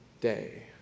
day